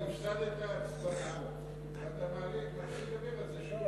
הפסדת הצבעה, ואתה מתחיל לדבר על זה שוב.